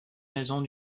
maisons